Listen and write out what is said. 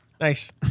Nice